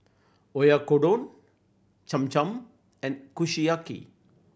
Oyakodon Cham Cham and Kushiyaki